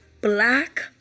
Black